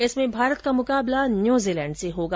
इसमें भारत का मुकाबला न्यूजीलैंड से होगा